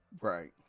Right